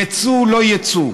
יצוא, לא יצוא.